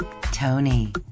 Tony